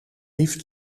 liefst